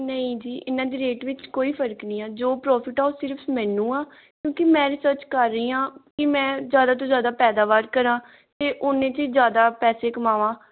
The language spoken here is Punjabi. ਨਹੀਂ ਜੀ ਇਹਨਾਂ ਦੇ ਰੇਟ ਵਿੱਚ ਕੋਈ ਫਰਕ ਨਹੀਂ ਏ ਜੋ ਪ੍ਰੋਫਿਟ ਆ ਉਹ ਸਿਰਫ ਮੈਨੂੰ ਆ ਕਿਉਂਕਿ ਮੈਂ ਰਿਸਰਚ ਕਰ ਰਹੀ ਹਾਂ ਕਿ ਮੈਂ ਜ਼ਿਆਦਾ ਤੋਂ ਜ਼ਿਆਦਾ ਪੈਦਾਵਾਰ ਕਰਾਂ ਅਤੇ ਉਹਨੇ 'ਚ ਜ਼ਿਆਦਾ ਪੈਸੇ ਕਮਾਵਾਂ